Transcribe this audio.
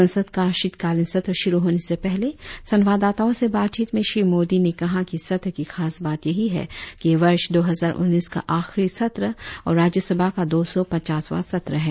संसद का शीतकालीन सत्र शुरु होने से पहले संवाददाताओं से बातचीत में श्री मोदी ने कहा कि इस सत्र की खास बात यही है कि यह वर्ष दो हजार उन्नीस का आखिरी सत्र और राज्यसभा का दो सौ पचासवां सत्र है